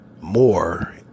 more